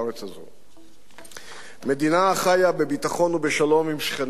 הזו מדינה החיה בביטחון ובשלום עם שכניה.